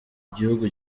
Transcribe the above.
gihugu